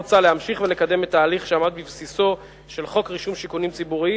מוצע להמשיך ולקדם את ההליך שעמד בבסיסו של חוק רישום שיכונים ציבוריים,